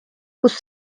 kus